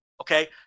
okay